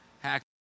hack